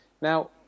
Now